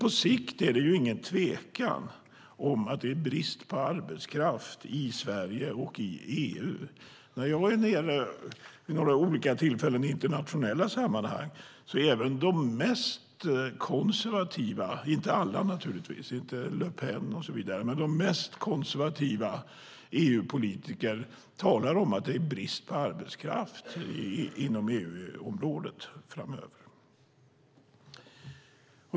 På sikt är det dock ingen tvekan om att det är brist på arbetskraft i Sverige och i EU. När jag vid några olika tillfällen har varit med i internationella sammanhang har även de mest konservativa EU-politikerna - naturligtvis inte alla, inte Le Pen och så vidare - talat om att det blir brist på arbetskraft inom EU-området framöver.